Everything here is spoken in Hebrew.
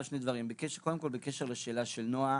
קודם כל בקשר לשאלה של נעה,